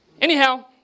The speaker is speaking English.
Anyhow